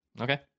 Okay